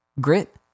grit